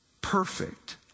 Perfect